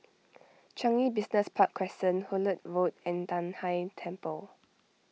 Changi Business Park Crescent Hullet Road and Nan Hai Temple